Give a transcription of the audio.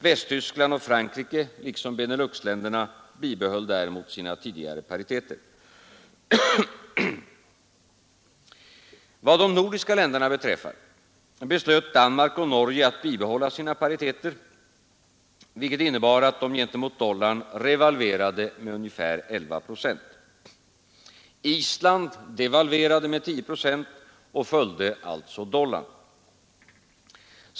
Västtyskland och Frankrike liksom Beneluxländerna bibehöll däremot sina tidigare pariteter. Vad de nordiska länderna beträffar, beslöt Danmark och Norge att bibehålla sina pariteter, vilket innebar att de gentemot dollarn revalverade med ca 11 procent. Island devalverade med 10 procent och följde därmed dollarn.